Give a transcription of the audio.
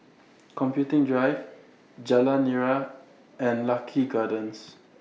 Computing Drive Jalan Nira and Lucky Gardens